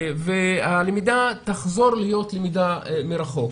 והלמידה תחזור להיות למידה מרחוק.